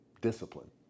discipline